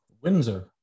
Windsor